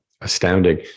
astounding